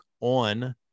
on